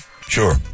Sure